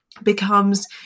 becomes